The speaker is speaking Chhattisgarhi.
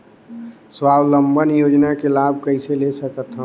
स्वावलंबन योजना के लाभ कइसे ले सकथव?